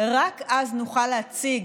רק אז נוכל להציג